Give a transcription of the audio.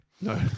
No